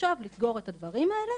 עכשיו לסגור את הדברים האלה,